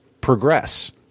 progress